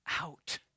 out